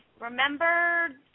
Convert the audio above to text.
Remember